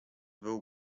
był